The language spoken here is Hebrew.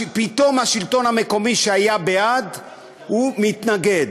פתאום השלטון המקומי, שהיה בעד, מתנגד,